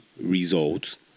results